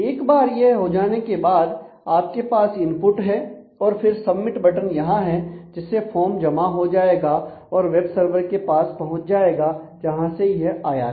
एक बार यह हो जाने के बाद आप के पास इनपुट है और फिर सबमिट बटन यहां हैं जिससे फॉर्म जमा हो जाएगा और वेब सर्वर के पास पहुंच जाएगा जहां से यह आया था